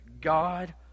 God